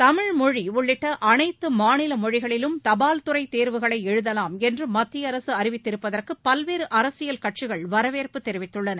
தமிழ்மொழிஉள்ளிட்டஅனைத்தமாநிலமொழிகளிலும் தபால் துறைதேர்வுகளைஎழுதலாம் என்றுமத்தியஅரசுஅறிவித்திருப்பதற்குபல்வேறுஅரசியல் கட்சிகள் வரவேற்பு தெரிவித்துள்ளன